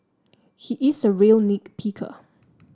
he is a real nit picker